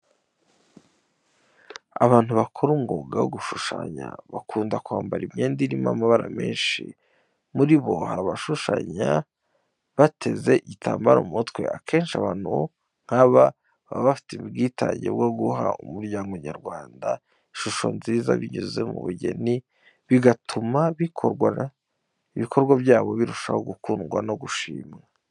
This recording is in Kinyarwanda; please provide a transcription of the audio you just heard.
Abantu bakora umwuga wo gushushanya bakunda kwambara imyenda irimo amabara menshi, muri bo hari abashushanya bateze igitambaro mu mutwe. Akenshi abantu nk'aba baba bafite ubwitange bwo guha umuryango nyarwanda ishusho nziza binyuze mu bugeni, bigatuma ibikorwa byabo birushaho gukundwa no gushimwa.